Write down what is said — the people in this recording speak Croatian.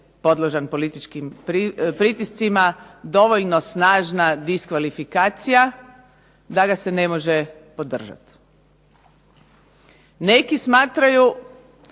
Hvala vam